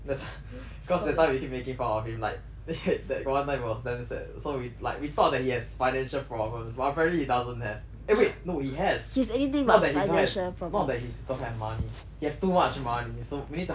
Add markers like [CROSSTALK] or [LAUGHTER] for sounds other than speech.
cause that time we keep making fun of him like [LAUGHS] that got one time it was damn sad so we like we thought that he has financial problems while apparently doesn't have eh wait no he has not that he don't has not that he don't have money he has too much money so we need to help him clear a bit